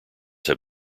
have